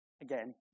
again